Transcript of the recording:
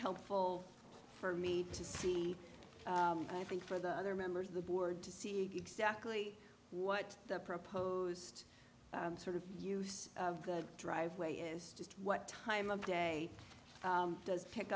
helpful for me to see i think for the other members of the board to see exactly what the proposed sort of use of the driveway is just what time of day does pick